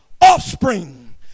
offspring